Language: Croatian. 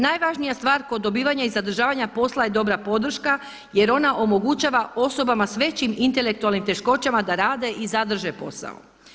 Najvažnija stvar kod dobivanja i zadržavanja posla je dobra podrška jer ona omogućava osobama s većim intelektualnim teškoćama da rade i zadrže posao.